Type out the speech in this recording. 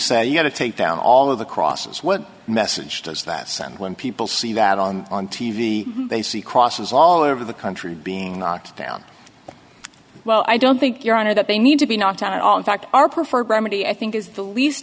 say you got to take down all of the crosses what message does that send when people see that on on t v they see crosses all over the country being knocked down well i don't think your honor that they need to be knocked down at all in fact our preferred remedy i think is the least